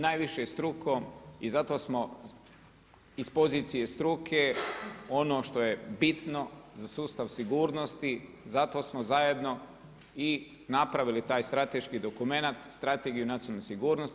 Najviše strukom i zato smo iz pozicije struke, ono što je bitno za sustav sigurnosti, zato smo zajedno i napravili taj strateški dokumenat, strategiju nacionalne sigurnosti.